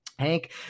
Hank